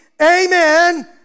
Amen